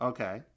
Okay